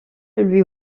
lui